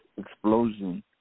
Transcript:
explosion